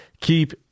keep